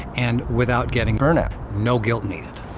and without getting burnout. no guilt needed.